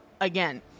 again